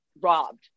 robbed